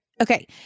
Okay